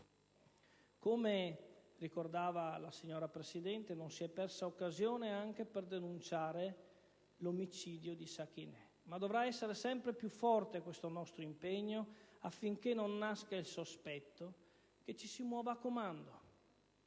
Come ricordava la signora Presidente, non si è persa neanche l'occasione per denunciare la condanna di Sakineh, ma dovrà essere sempre più forte il nostro impegno, affinché non nasca il sospetto che ci si muova a comando